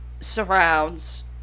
surrounds